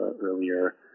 earlier